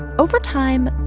over time,